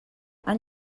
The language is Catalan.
han